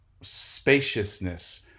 spaciousness